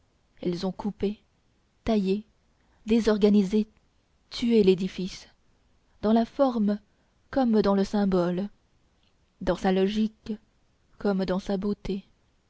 elles ont coupé taillé désorganisé tué l'édifice dans la forme comme dans le symbole dans sa logique comme dans sa beauté